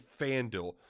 FanDuel